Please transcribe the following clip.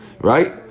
right